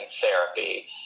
therapy